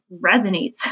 resonates